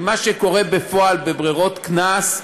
מה שקורה בפועל בברירות קנס,